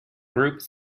group